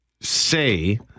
say